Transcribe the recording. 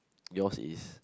yours is